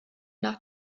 nach